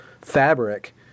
fabric